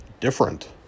different